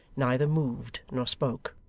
neither moved nor spoke.